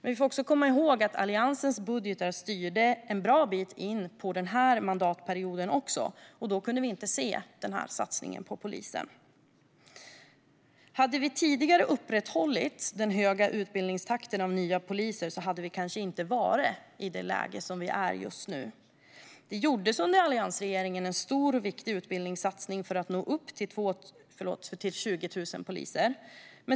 Vi får också komma ihåg att Alliansens budgetar styrde en bra bit in på den här mandatperioden, och då kunde vi inte se denna satsning på polisen. Hade vi upprätthållit den tidigare höga utbildningstakten när det gäller nya poliser hade vi kanske inte varit i det läge som vi är i just nu. Under alliansregeringen gjordes det en stor och viktig utbildningssatsning för att nå upp till 20 000 poliser.